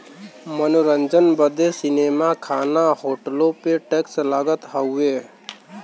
मनोरंजन बदे सीनेमा, खाना, होटलो पे टैक्स लगत हउए